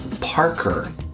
Parker